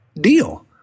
deal